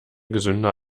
gesünder